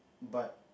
but